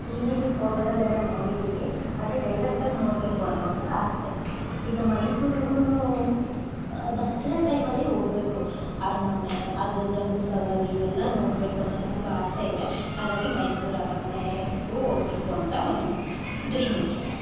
T ವೀಲಿ ಫೋಟೋದಲ್ಲಿ ಎಲ್ಲ ನೋಡಿದ್ದೀವಿ ಆದರೆ ಡೈರೆಕ್ಟಾಗಿ ನೋಡಬೇಕು ಅನ್ನೋ ಒಂದು ಆಸೆ ಈಗ ಮೈಸೂರಿಗುನು ದಸರಾ ಟೈಮಲ್ಲಿ ಹೋಗ್ಬೇಕು ಅರಮನೆ ಅದು ಜಂಬೂಸವಾರಿ ಇವೆಲ್ಲಾ ನೋಡಬೇಕು ಅನ್ನೋ ತುಂಬ ಆಸೆ ಇದೆ ಹಾಗಾಗಿ ಮೈಸೂರು ಅರಮನೆಗೂ ಹೋಗ್ಬೇಕು ಅಂತ ಒಂದು ಡ್ರೀಮ್ ಇದೆ